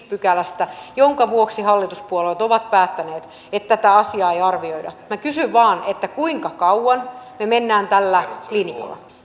pykälästä minkä vuoksi hallituspuolueet ovat päättäneet että tätä asiaa ei arvioida kysyn vain kuinka kauan me menemme tällä linjalla